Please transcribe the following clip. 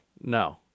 No